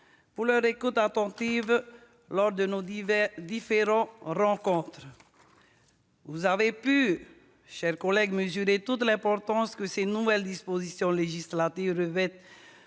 de leur écoute attentive lors de nos différentes rencontres. Mes chers collègues, vous avez pu mesurer toute l'importance que ces nouvelles dispositions législatives revêtent